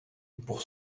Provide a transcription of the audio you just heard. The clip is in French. pour